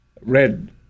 red